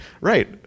right